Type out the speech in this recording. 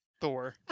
Thor